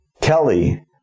Kelly